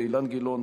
אילן גילאון,